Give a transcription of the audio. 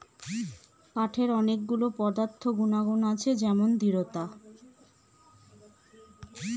কাঠের অনেক গুলো পদার্থ গুনাগুন আছে যেমন দৃঢ়তা